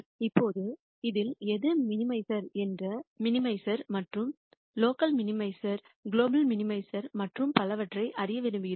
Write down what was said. இப்போது இதில் எது மினிமைசர் மற்றும் லோக்கல்மினிமைசர் குளோபல் மினிமைசர் மற்றும் பலவற்றை அறிய விரும்புகிறோம்